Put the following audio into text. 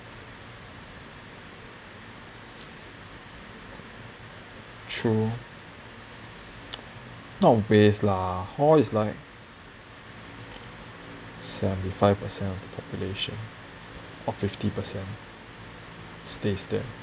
true not a waste lah hall is like seventy five percent of the population or fifty percent stays there